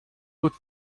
put